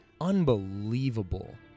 unbelievable